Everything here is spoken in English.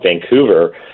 Vancouver